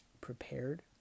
prepared